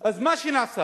אז מה שנעשה,